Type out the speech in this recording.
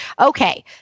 Okay